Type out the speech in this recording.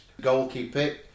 Goalkeeper